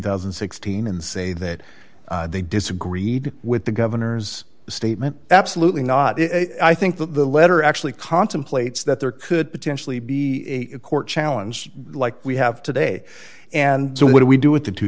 thousand and sixteen and say that they disagreed with the governor's statement absolutely not i think that the letter actually contemplates that there could potentially be a court challenge like we have today and so what do we do with the two